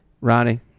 Ronnie